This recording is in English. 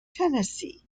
tennessee